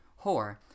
Whore